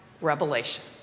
revelation